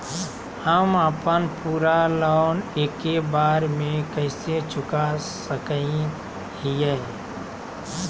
हम अपन पूरा लोन एके बार में कैसे चुका सकई हियई?